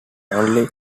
only